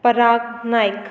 Parag Naik